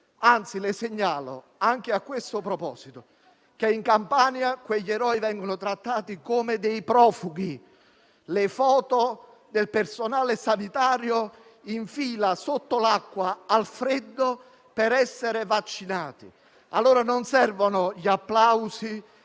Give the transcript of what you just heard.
anzi, anche a questo proposito, che in Campania quegli eroi vengono trattati come profughi: ci sono foto del personale sanitario in fila sotto l'acqua e al freddo per essere vaccinati. Allora, non servono gli applausi